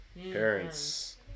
parents